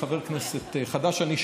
חבר כנסת חדש אני,